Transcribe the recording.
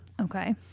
okay